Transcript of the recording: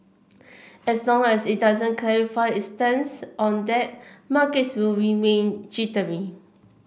as long as it doesn't clarify its stance on that markets will remain jittery